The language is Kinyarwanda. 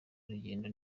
urugendo